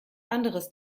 anders